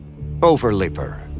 Overleaper